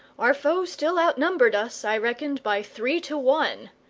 our foe still outnumbered us, i reckoned, by three to one.